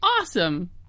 awesome